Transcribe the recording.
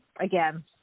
Again